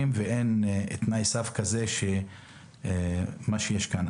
למכרזים ואין תנאי סף כזה כפי שנכתב כאן.